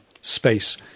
space